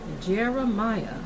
Jeremiah